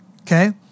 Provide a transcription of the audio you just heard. okay